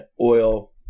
oil